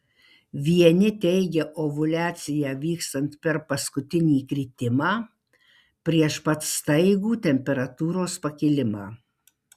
vieni teigia ovuliaciją vykstant per paskutinį kritimą prieš pat staigų temperatūros pakilimą